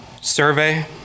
survey